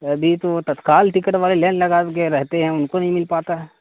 ابھی تو تتکال ٹکٹ والے لین لگا کے رہتے ہیں ان کو نہیں مل پاتا ہے